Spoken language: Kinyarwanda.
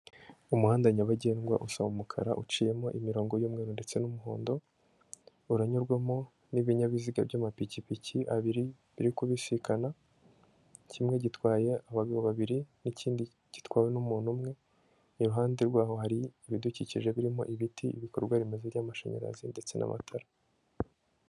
Umuhanda nyabagendwa usa umukara uciyemo imirongo y'umweru ndetse n'umuhondo, uranyurwamo n'ibinyabiziga by'amapikipiki abiri, biri kubisikana kimwe gitwaye abagabo babiri, n'ikindi gitwawe n'umuntu umwe, iruhande rwaho hari ibidukikije birimo ibiti, ibikorwa remezo by'amashanyarazi, ndetse n'amatara.